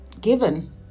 given